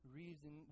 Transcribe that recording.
reason